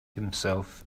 himself